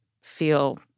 feel